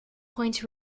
point